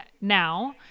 now